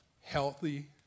healthy